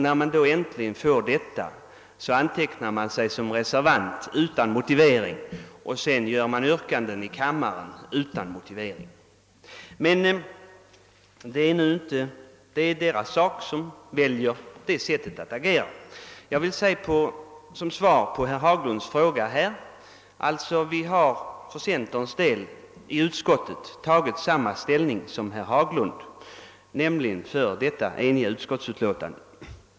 När man så äntligen fått detta antecknar man sig som reservant utan motivering, och sedan framställer man ett yrkande i kammaren utan motivering. Men det är deras sak som väljer det sättet att agera. Som svar på herr Haglunds fråga vill jag säga att vi för centerns del i utskottet har tagit samma ställning som herr Haglund, nämligen för detta eniga utskottsutlåtande.